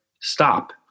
stop